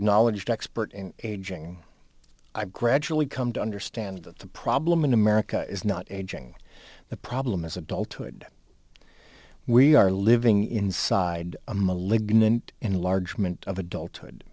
knowledge to expert in aging i gradually come to understand that the problem in america is not aging the problem is adulthood we are living inside a malignant enlargement of adulthood